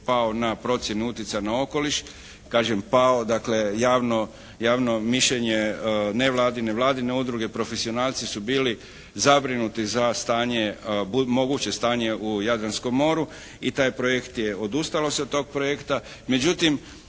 pao na procjeni utjecaja na okoliš. Kažem pao, dakle javno mišljenje nevladine, vladine udruge profesionalci su bili zabrinuti za stanje, moguće stanje u Jadranskom moru i taj projekt odustalo se od tog projekta. Međutim,